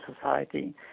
society